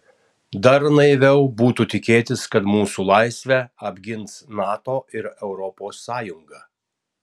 dar naiviau būtų tikėtis kad mūsų laisvę apgins nato ir europos sąjunga